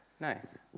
Nice